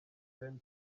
hussein